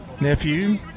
Nephew